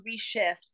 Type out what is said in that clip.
reshift